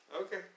Okay